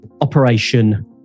operation